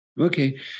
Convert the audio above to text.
Okay